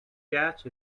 yacht